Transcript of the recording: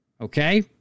Okay